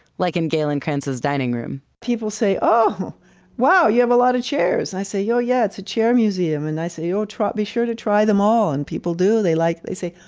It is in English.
like in galen cranz's dining room people say, oh wow, you have a lot of chairs. i say, yeah oh, yeah, it's a chair museum. and i say, oh, be sure to try them all. and people do. they like, they say,